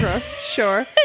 Sure